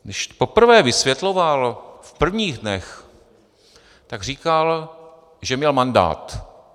Když poprvé vysvětloval, v prvních dnech, tak říkal, že měl mandát.